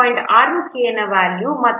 6 k ನ value 1